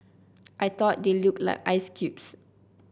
I thought they looked like ice cubes